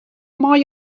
mei